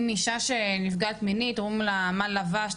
אם אישה שנפגעת מינית אומרים לה: מה לבשת?